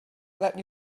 that